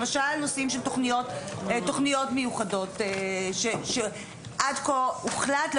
למשל נושאים של תכניות מיוחדות שעד כה הוחלט,